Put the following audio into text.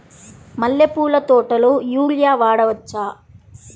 మల్లె పూల తోటలో యూరియా వాడవచ్చా?